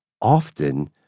often